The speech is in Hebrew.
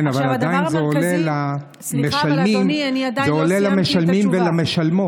כן, אבל עדיין זה עולה למשלמים ולמשלמות.